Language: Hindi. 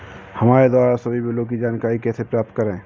हमारे द्वारा सभी बिलों की जानकारी कैसे प्राप्त करें?